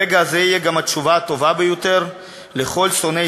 הרגע הזה יהיה גם התשובה הטובה ביותר לכל שונאי